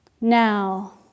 Now